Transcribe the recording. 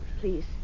please